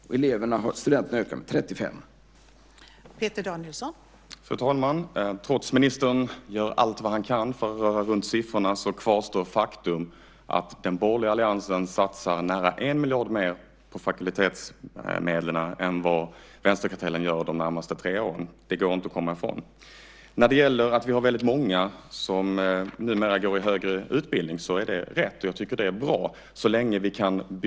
Antalet studenter har ökat med 35 %.